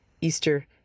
Easter